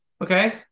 okay